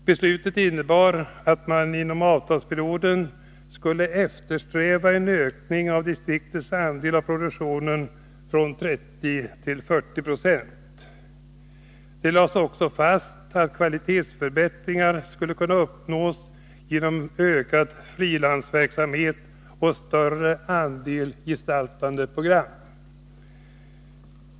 Beslutet innebar att man inom avtalsperioden skulle eftersträva en ökning av distriktens andel av produktionen från 30 till 40 96. Det lades också fast att kvalitetsförbättringar skulle kunna uppnås genom ökad frilansverksamhet och större andel gestaltande program.